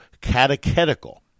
catechetical